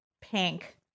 pink